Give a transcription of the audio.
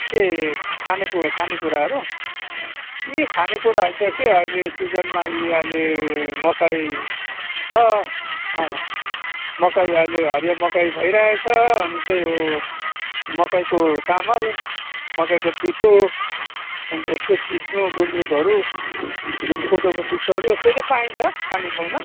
के खानेकुरा खानेकुराहरू यी खानेकुराहरू त के अहिले सिजनमा यी अहिले मकै छ मकै अहिले हरियो मकै भइरहेको छ अनि त्यही हो मकैको चामल मकैको पिठो अन्त यस्तै सिस्नु गुन्द्रुकहरू कोदोको पीठोहरू यस्तो चाहिँ पाइन्छ कालिम्पोङमा